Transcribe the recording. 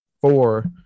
four